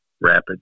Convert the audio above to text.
rapid